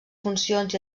funcions